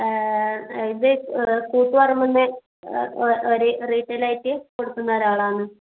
ഇത് കൂത്ത്പറമ്പ് നിന്ന് ഒര് റീറ്റേലായിട്ട് കൊടുക്കുന്ന ഒരാളാണ്